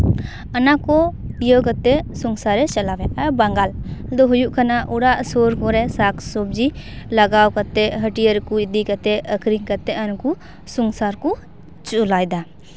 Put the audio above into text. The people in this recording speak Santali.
ᱚᱱᱟ ᱠᱚ ᱤᱭᱟᱹ ᱠᱟᱛᱮ ᱥᱚᱝᱥᱟᱨ ᱮ ᱪᱟᱞᱟᱣ ᱮᱜ ᱼᱟ ᱵᱟᱸᱜᱟᱞ ᱟᱫᱚ ᱦᱩᱭᱩᱜ ᱠᱟᱱᱟ ᱚᱲᱟᱜ ᱥᱩᱨ ᱠᱚᱨᱮᱜ ᱥᱟᱠ ᱥᱚᱵᱡᱤ ᱞᱟᱜᱟᱣ ᱠᱟᱛᱮ ᱦᱟᱹᱴᱭᱟᱹ ᱨᱮᱠᱚ ᱤᱫᱤ ᱠᱟᱛᱮ ᱟᱨᱠᱚ ᱥᱚᱝᱥᱟᱨ ᱠᱚ ᱪᱟᱞᱟᱭᱫᱟ